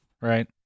right